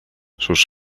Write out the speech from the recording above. sus